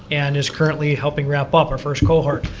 and is currently helping wrap up her first cohort.